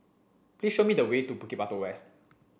please show me the way to Bukit Batok West